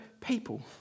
people